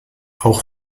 auch